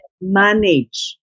manage